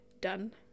done